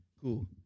Cool